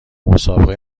مسابقه